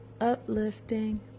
uplifting